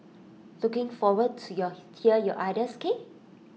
looking forward to hear your ideas